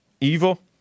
evil